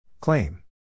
Claim